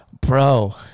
bro